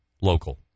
local